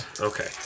Okay